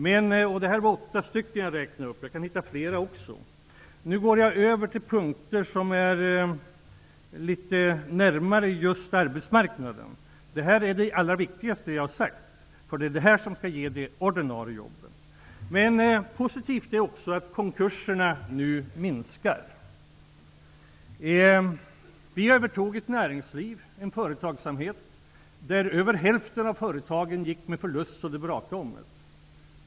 Jag kan nämna fler, men de här är de allra viktigaste för att skapa ordinarie jobb. Jag går nu över till punkter som närmare rör arbetsmarknaden. Positivt är att konkurserna minskar. Den här regeringen övertog ett näringsliv, en företagsamhet där över hälften av företagen gick med förlust så att det brakade om det.